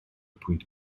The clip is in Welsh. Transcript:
pwynt